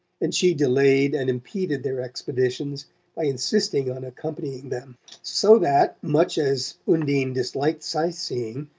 and she delayed and impeded their expeditions by insisting on accompanying them so that, much as undine disliked sightseeing,